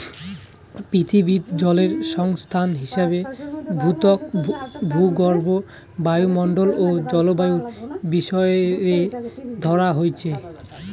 পিথীবিত জলের সংস্থান হিসাবে ভূত্বক, ভূগর্ভ, বায়ুমণ্ডল ও জলবায়ুর বিষয় রে ধরা হইচে